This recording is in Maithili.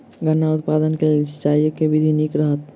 गन्ना उत्पादन केँ लेल सिंचाईक केँ विधि नीक रहत?